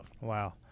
Wow